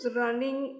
running